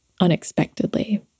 unexpectedly